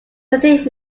cutting